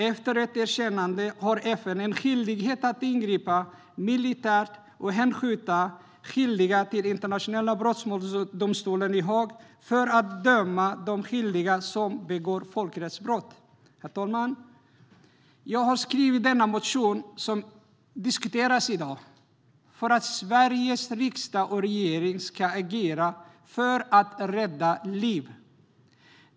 Efter ett erkännande har FN en skyldighet att ingripa militärt och hänskjuta skyldiga till internationella brottmålsdomstolen i Haag för att döma de skyldiga som begår folkrättsbrott. Herr talman! Jag har skrivit denna motion som diskuteras i dag för att Sveriges riksdag och regering ska agera för att rädda liv.